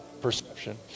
perception